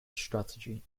strategy